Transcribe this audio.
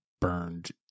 burned